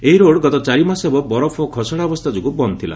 ଏହି ରୋଡ୍ ଗତ ଚାରିମାସ ହେବ ବରଫ ଓ ଖସଡ଼ା ଅବସ୍ଥା ଯୋଗୁଁ ବନ୍ଦ ଥିଲା